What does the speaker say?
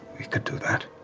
we could do that.